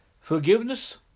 forgiveness